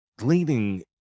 leading